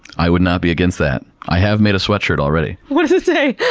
i would not be against that. i have made a sweatshirt already. what does it say?